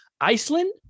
Iceland